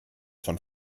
von